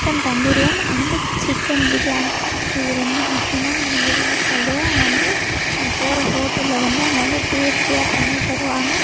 chicken தந்தூரியன் and chicken biryani இது ரெண்டும் மட்டும் தான் நான் விரும்பி சாப்பிடுவேன் அங்கே வந்து நாங்கள் போகிற ஹோட்டலில் வந்து அங்கே வந்து டேஸ்ட்டியாக பண்ணித்தருவாங்க